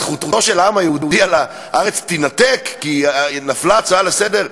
אז זכותו של העם היהודי על הארץ תינתק כי נפלה הצעה לסדר-היום?